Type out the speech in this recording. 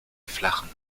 flachen